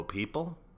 people